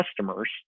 customers